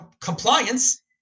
compliance